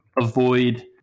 avoid